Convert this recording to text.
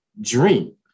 dream